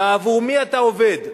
בעבור מי אתה עובד?